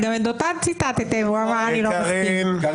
הרי זה סביר.